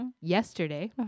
yesterday